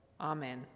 Amen